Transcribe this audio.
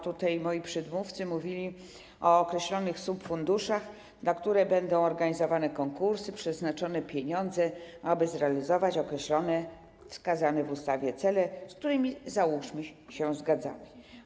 Tutaj moi przedmówcy mówili o określonych subfunduszach, na które będą organizowane konkursy, przeznaczone pieniądze, aby zrealizować określone, wskazane w ustawie cele, z którymi, załóżmy, że się zgadzamy.